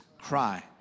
cry